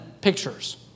pictures